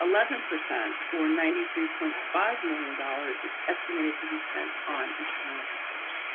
eleven percent or ninety three point five million dollars is estimated to be spent on intramural research